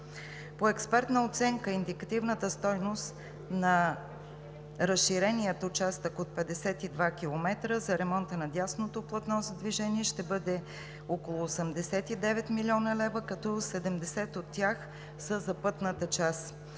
По експертна оценка индикативната стойност на разширения участък от 52 км за ремонта на дясното платно за движение ще бъде около 89 млн. лв., като 70 от тях са за пътната част.